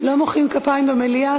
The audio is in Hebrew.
לא מוחאים כפיים במליאה.